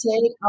take